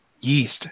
yeast